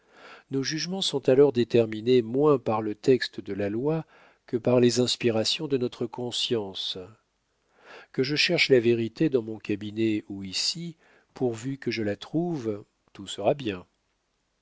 nos jugements sont alors déterminés moins par le texte de la loi que par les inspirations de notre conscience que je cherche la vérité dans mon cabinet ou ici pourvu que je la trouve tout sera bien